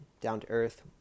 down-to-earth